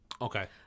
Okay